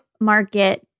Market